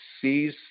sees